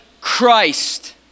Christ